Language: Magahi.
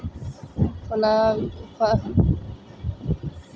प्लाईवुड आर फर्नीचर बनव्वार तने सबसे बेसी लकड़ी उत्पादन कराल जाछेक